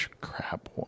crap